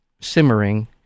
simmering